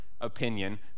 opinion